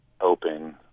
open